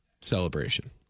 celebration